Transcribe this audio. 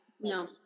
No